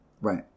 Right